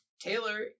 Taylor